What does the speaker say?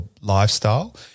lifestyle